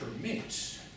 permits